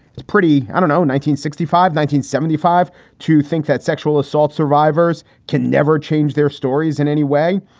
it's pretty i don't know. nineteen sixty five. nineteen seventy five to think that sexual assault survivors can never change their stories in any way.